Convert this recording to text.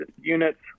units